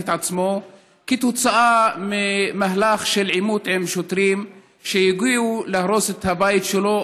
את עצמו כתוצאה ממהלך של עימות עם שוטרים שהגיעו להרוס את הבית שלו,